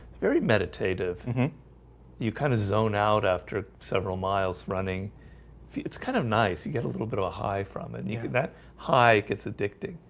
very meditative. mhm you kind of zone out after several miles running it's kind of nice you get a little bit of a high from it. you think that high gets addicting?